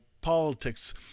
politics